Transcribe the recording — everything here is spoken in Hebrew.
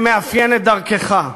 שמאפיין את דרכך.